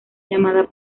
llamada